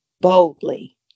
boldly